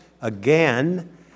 again